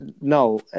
no